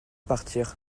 partir